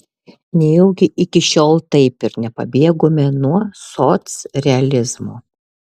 nejaugi iki šiol taip ir nepabėgome nuo socrealizmo